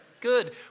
Good